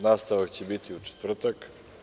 Nastavak će biti u četvrtak.